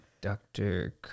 Doctor